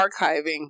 archiving